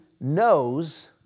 knows